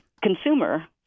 consumer